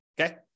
Okay